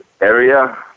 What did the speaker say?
area